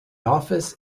office